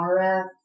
rf